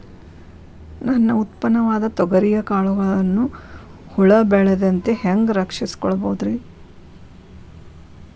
ನನ್ನ ಉತ್ಪನ್ನವಾದ ತೊಗರಿಯ ಕಾಳುಗಳನ್ನ ಹುಳ ಬೇಳದಂತೆ ಹ್ಯಾಂಗ ರಕ್ಷಿಸಿಕೊಳ್ಳಬಹುದರೇ?